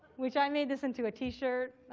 which i made this into a t-shirt.